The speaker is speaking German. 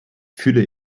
fühle